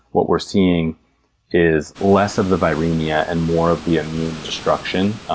what we're seeing is less of the viremia, and more of the immune destruction,